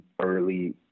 early